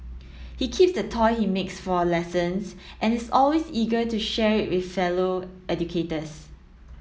he keeps the toy he makes for lessons and is always eager to share it with fellow educators